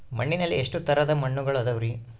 ಮಣ್ಣಿನಲ್ಲಿ ಎಷ್ಟು ತರದ ಮಣ್ಣುಗಳ ಅದವರಿ?